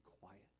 quiet